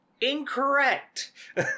Incorrect